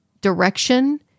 direction